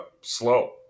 slow